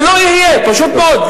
זה לא יהיה, פשוט מאוד.